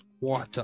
water